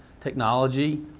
Technology